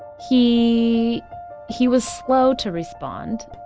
he he was slow to respond,